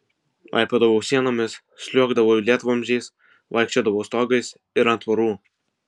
laipiodavau sienomis sliuogdavau lietvamzdžiais vaikščiodavau stogais ir ant tvorų